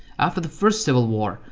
after the first civil war,